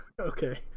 Okay